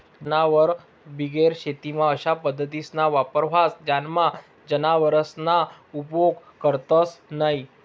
जनावरबिगेर शेतीमा अशा पद्धतीसना वापर व्हस ज्यानामा जनावरसना उपेग करतंस न्हयी